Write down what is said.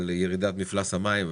על ירידת מפלס המים,